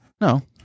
No